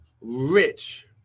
rich